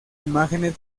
imágenes